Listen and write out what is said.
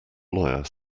lawyer